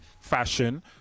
fashion